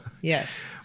Yes